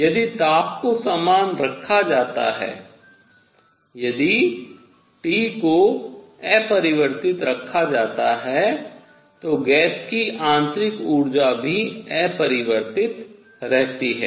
यदि ताप को समान रखा जाता है यदि T को अपरिवर्तित रखा जाता है तो गैस की आंतरिक ऊर्जा भी अपरिवर्तित रहती है